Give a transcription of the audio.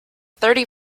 thirty